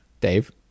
Dave